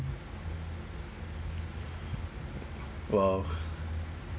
!wow!